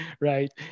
Right